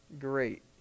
Great